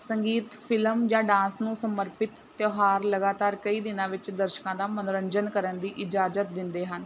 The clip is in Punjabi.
ਸੰਗੀਤ ਫਿਲਮ ਜਾਂ ਡਾਂਸ ਨੂੰ ਸਮਰਪਿਤ ਤਿਉਹਾਰ ਲਗਾਤਾਰ ਕਈ ਦਿਨਾਂ ਵਿੱਚ ਦਰਸ਼ਕਾਂ ਦਾ ਮਨੋਰੰਜਨ ਕਰਨ ਦੀ ਇਜਾਜ਼ਤ ਦਿੰਦੇ ਹਨ